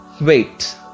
Wait